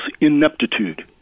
ineptitude